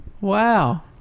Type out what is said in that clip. Wow